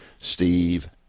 steve